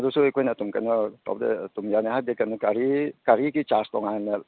ꯑꯗꯨꯁꯨ ꯑꯩꯈꯣꯏꯅ ꯑꯗꯨꯝ ꯀꯩꯅꯣ ꯇꯧꯕꯗ ꯑꯗꯨꯝ ꯌꯥꯅꯤ ꯍꯥꯏꯕꯗꯤ ꯀꯩꯅꯣ ꯒꯥꯔꯤ ꯒꯥꯔꯤꯒꯤ ꯆꯥꯔꯖ ꯇꯣꯉꯥꯟꯅ